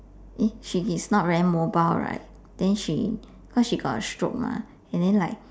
eh she is not very mobile right then she cause she got a stroke mah and then like